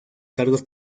cargos